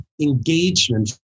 engagement